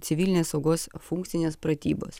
civilinės saugos funkcinės pratybos